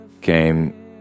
came